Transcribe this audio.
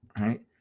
Right